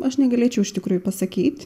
aš negalėčiau iš tikrųjų pasakyt